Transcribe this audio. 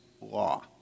law